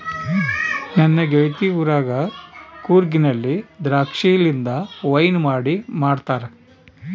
ನನ್ನ ಗೆಳತಿ ಊರಗ ಕೂರ್ಗಿನಲ್ಲಿ ದ್ರಾಕ್ಷಿಲಿಂದ ವೈನ್ ಮಾಡಿ ಮಾಡ್ತಾರ